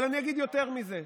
אבל אני אגיד יותר מזה,